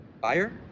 Buyer